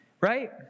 right